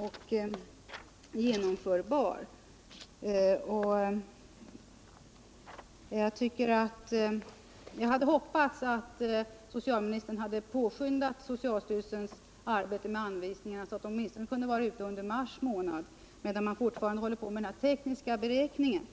och genomförbar. " Jag hade hoppats att socialministern skulle påskynda socialstyrelsens arbete med anvisningarna, så att de åtminstone skulle kunna vara klara i mars, medan man fortfarande håller på med den här tekniska beräkningen.